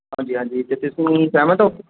ਹਾਂਜੀ ਹਾਂਜੀ ਅਤੇ ਤੁਸੀਂ ਸਹਿਮਤ ਹੋ